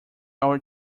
our